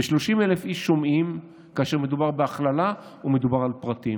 ו-30,000 איש שומעים כאשר מדובר בהכללה ומדובר על פרטים,